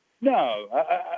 No